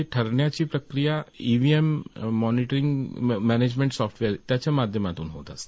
हे ठरविण्याची प्रक्रिया या ईव्हिएम मॉनिटरिंग मॅनेजमेंट सॉफ्टवेअर त्याच्या माध्यमातून होत असते